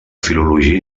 filologia